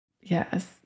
Yes